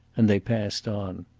and they passed on.